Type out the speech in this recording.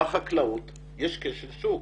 בחקלאות יש כשל שוק.